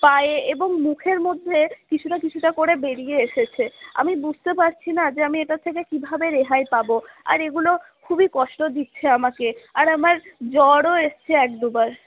পায়ে এবং মুখের মধ্যে কিছুটা কিছুটা করে বেরিয়ে এসেছে আমি বুঝতে পারছি না যে আমি এটার থেকে কিভাবে রেহাই পাবো আর এগুলো খুবই কষ্ট দিচ্ছে আমাকে আর আমার জ্বরও এসছে এক দুবার